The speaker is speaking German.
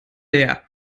leer